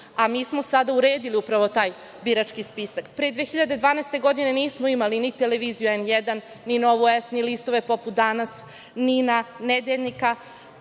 a mi smo sada uredili upravo taj birački spisak. Pre 2012. godine, nismo imali ni „Televiziju N1“, ni „Novu S“, ni listove poput „Danas“, „NIN“, „Nedeljnika“,